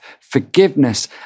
forgiveness